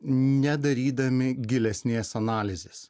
nedarydami gilesnės analizės